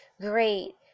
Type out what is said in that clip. great